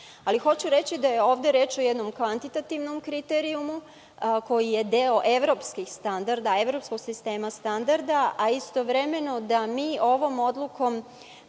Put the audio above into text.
Hoću reći da je ovde reč o jednom kvantitativnom kriterijumu koji je deo evropskih standarda, evropskog sistema standarda, a istovremeno da ovom odlukom